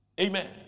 amen